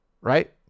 Right